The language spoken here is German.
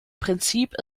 prinzip